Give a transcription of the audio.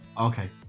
Okay